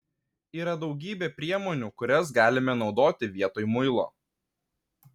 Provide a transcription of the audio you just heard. yra daugybė priemonių kurias galime naudoti vietoj muilo